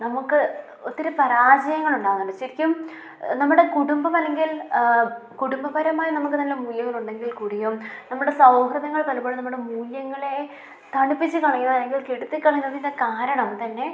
നമുക്ക് ഒത്തിരി പരാജയങ്ങളുണ്ടാകുന്നുണ്ട് ശരിക്കും നമ്മുടെ കുടുംബം അല്ലെങ്കിൽ കുടുംബപരമായി നമുക്ക് നല്ല മൂല്യങ്ങളുണ്ടെങ്കിൽ കൂടിയും നമ്മുടെ സൗഹൃദങ്ങൾ പലപ്പോഴും നമ്മുടെ മൂല്യങ്ങളെ തണുപ്പിച്ചു കളയുക അല്ലെങ്കിൽ കെടുത്തി കളയുന്നതിൻ്റെ കാരണം തന്നെ